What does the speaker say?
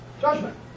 judgment